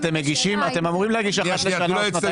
אתם אמורים להגיש אחת ל --- עודד,